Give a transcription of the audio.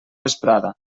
vesprada